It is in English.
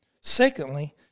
Secondly